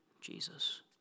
Jesus